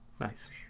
Nice